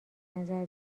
نظر